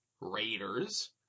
Raiders